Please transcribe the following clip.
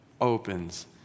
opens